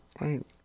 right